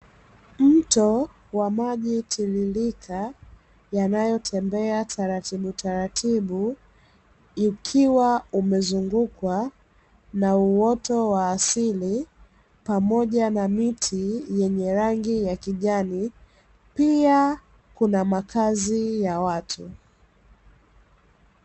Mto wa maji tiririka yanayotembea taratibu taratibu ikiwa umezungukwa na uoto wa asili pamoja na miti yenye rangi ya kijani, pia kuna makazi ya watu.